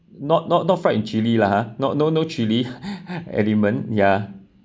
not not not fried chilli lah ha not no no chili element ya